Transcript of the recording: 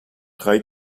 drei